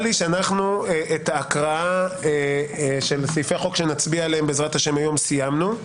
את ההקראה של סעיפי החוק שנצביע עליהם היום בעז"ה סיימנו.